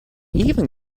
even